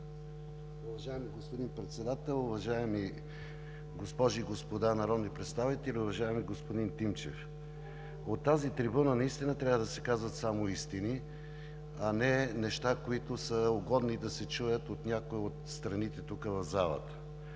Уважаеми господин Председател, уважаеми госпожи и господа народни представители! Уважаеми господин Тимчев, от тази трибуна наистина трябва да се казват само истини, а не неща, които са угодни да се чуят от някои от страните тук в залата.